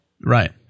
Right